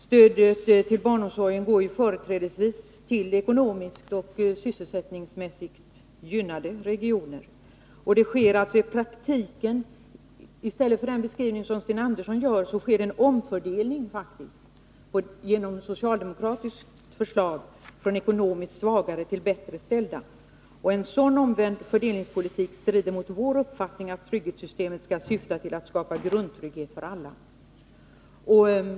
Stödet till barnomsorgen går ju företrädevis till ekonomiskt och sysselsättningsmässigt gynnade regioner. I motsats till den beskrivning som Sten Andersson gör så sker faktiskt i praktiken enligt socialdemokratiskt förslag en omfördelning från ekonomiskt svagare till bättre ställda. En sådan omvänd fördelningspolitik strider mot vår uppfattning att trygghetssystemet skall syfta till att skapa grundtrygghet för alla.